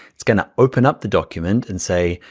it's gonna open up the document and say,